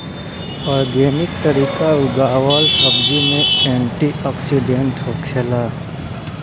organic तरीका उगावल सब्जी में एंटी ओक्सिडेंट होखेला